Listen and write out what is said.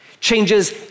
changes